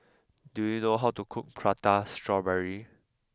do you know how to cook Prata Strawberry